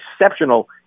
exceptional